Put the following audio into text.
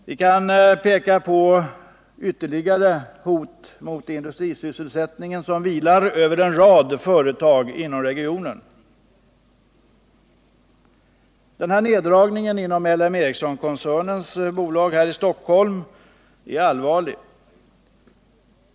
Vi kan peka på ytterligare hot mot sysselsättningen som vilar över en rad företag inom regionen. Den här neddragningen inom L M Ericssonkoncernens bolag här i Stockholm är allvarlig.